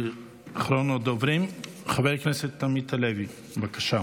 אחרון הדוברים, חבר הכנסת עמית הלוי, בבקשה.